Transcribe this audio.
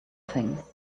things